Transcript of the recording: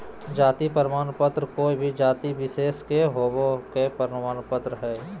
जाति प्रमाण पत्र कोय भी जाति विशेष के होवय के प्रमाण दे हइ